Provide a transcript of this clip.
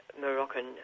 Moroccan